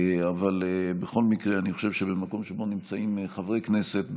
אבל בכל מקרה אני חושב שבמקום שבו נמצאים חברי הכנסת,